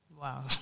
Wow